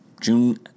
June